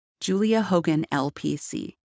juliahoganlpc